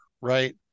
right